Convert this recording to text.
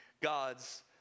God's